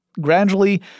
Gradually